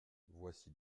voici